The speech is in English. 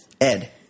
Ed